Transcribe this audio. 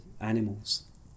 animals